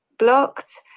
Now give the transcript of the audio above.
blocked